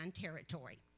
territory